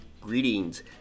greetings